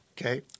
Okay